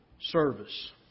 service